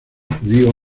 judío